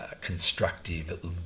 constructive